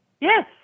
Yes